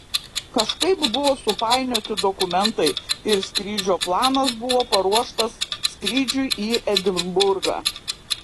kažkaip buvo supainioti dokumentai ir skrydžio planas buvo paruoštas skrydžiui į edinburgą